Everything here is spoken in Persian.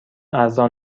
ارزان